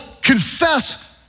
confess